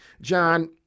John